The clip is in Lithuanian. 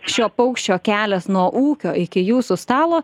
šio paukščio kelias nuo ūkio iki jūsų stalo